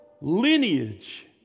lineage